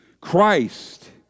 Christ